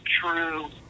true